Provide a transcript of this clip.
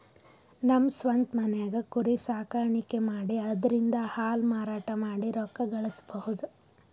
ನಮ್ ಸ್ವಂತ್ ಮನ್ಯಾಗೆ ಕುರಿ ಸಾಕಾಣಿಕೆ ಮಾಡಿ ಅದ್ರಿಂದಾ ಹಾಲ್ ಮಾರಾಟ ಮಾಡಿ ರೊಕ್ಕ ಗಳಸಬಹುದ್